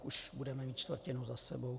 Už budeme mít čtvrtinu za sebou.